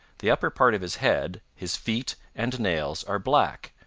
the upper part of his head, his feet and nails are black,